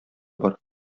бар